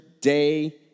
day